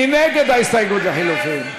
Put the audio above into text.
מי נגד ההסתייגות לחלופין?